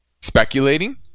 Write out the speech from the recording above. speculating